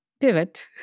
pivot